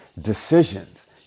decisions